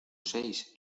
seis